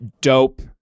dope